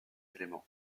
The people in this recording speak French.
éléments